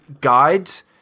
guides